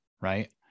right